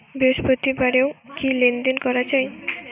বৃহস্পতিবারেও কি লেনদেন করা যায়?